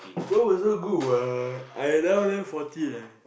both also good [what] I now then forty eh